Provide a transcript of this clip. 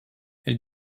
elle